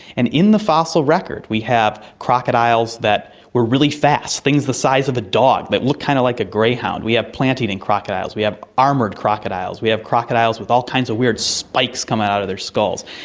and in the fossil record we have crocodiles that were really fast, things the size of a dog that looked kind of like a greyhound. we have plant-eating crocodiles, we have armoured crocodiles, we have crocodiles with all kinds of weird spikes coming out of their skulls.